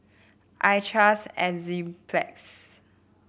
I trust Enzyplex